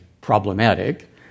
problematic